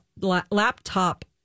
laptop